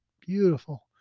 beautiful